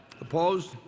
Opposed